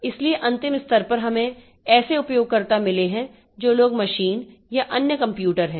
इसलिए अंतिम स्तर पर हमें ऐसे उपयोगकर्ता मिले हैं जो लोग मशीन या अन्य कंप्यूटर हैं